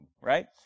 right